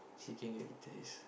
seh can get the test